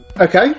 Okay